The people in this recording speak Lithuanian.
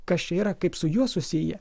kas čia yra kaip su juo susiję